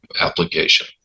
application